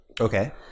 Okay